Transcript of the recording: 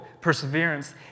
perseverance